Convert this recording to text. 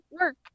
work